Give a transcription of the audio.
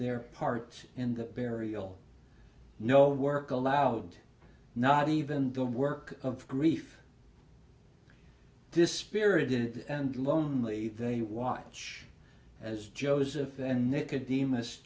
their part in the burial no work allowed not even the work of grief dispirited and lonely they watch as joseph and they could dem